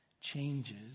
changes